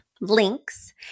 links